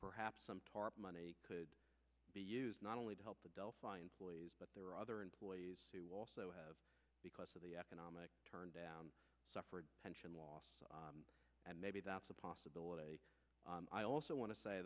perhaps some tarp money could be used not only to help the delphi employees but there are other employees who also have because of the economic turndown suffered pension loss and maybe that's a possibility i also want to say